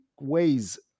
ways